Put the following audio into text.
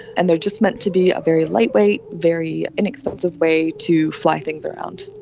and they are just meant to be a very lightweight, very inexpensive way to fly things around.